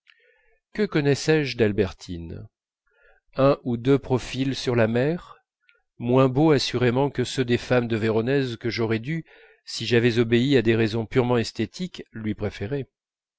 que connaissais je d'albertine un ou deux profils sur la mer moins beaux assurément que ceux des femmes de véronèse que j'aurais dû si j'avais obéi à des raisons purement esthétiques lui préférer